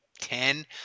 ten